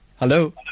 Hello